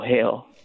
hell